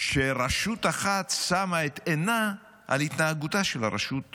שרשות אחת שמה את עינה על התנהגותה של הרשות השנייה.